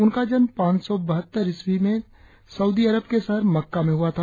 उनका जन्म पांच सौ बहत्तर ईसवी में साऊदी अरब के शहर मक्का में हुआ था